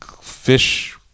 fish